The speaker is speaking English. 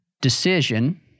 decision